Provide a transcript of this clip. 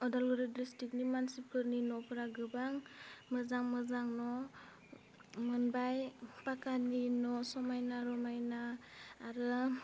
उदालगुरि डिस्ट्रिकनि मानसिफोरनि न'फोरा गोबां मोजां मोजां न' मोनबाय पाक्कानि न' समायना रमायना आरो